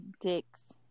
dicks